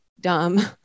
dumb